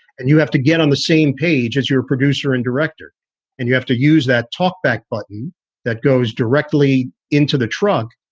and you have to get on the same page as your producer and director and you have to use that talkback button that goes directly into the trunk.